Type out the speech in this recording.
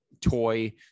toy